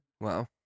Wow